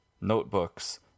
notebooks